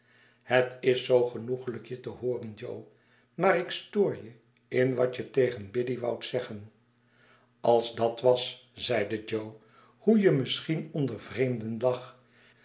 het is zoo genoeglijk je tehooren jo maar ik stoor j e in wat j e tegen biddy woudt zeggen als dat was zeide jo hoe je misschien onder vreemden